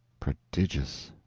prodigious!